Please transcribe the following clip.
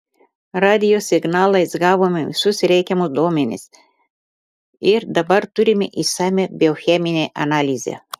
radijo signalais gavome visus reikiamus duomenis ir dabar turime išsamią biocheminę analizę